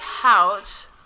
couch